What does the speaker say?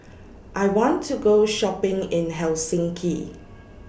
I want to Go Shopping in Helsinki